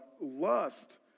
lust